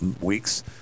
weeks